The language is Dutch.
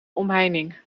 omheining